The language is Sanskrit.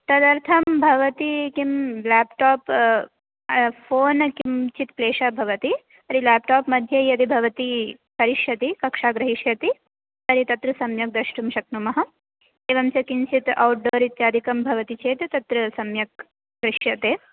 तदर्थं भवती किं लेप्टाप् फ़ोन् किञ्चित् क्लेषः भवति तर्हि लेप्टाप् मध्ये यदि भवति करिष्यति कक्षा गृहीष्यति तर्हि तत्र सम्यक् द्रष्टुं शक्नुमः एवं च किञ्चित् औट्डोर् इत्यादिकं भवति चेत् तत्र सम्यक् दृश्यते